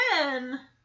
again